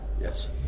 yes